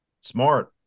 Smart